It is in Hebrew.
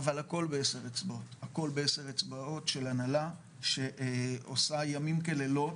אבל הכל בעשר אצבעות של הנהלה שעושה ימים כלילות